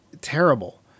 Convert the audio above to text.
terrible